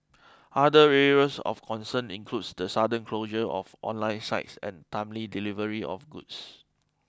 other areas of concern include the sudden closure of online sites and timely delivery of goods